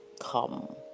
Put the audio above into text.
come